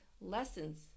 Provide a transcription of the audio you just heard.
lessons